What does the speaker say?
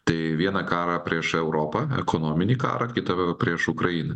tai vieną karą prieš europą ekonominį karą kitą prieš ukrainą